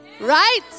right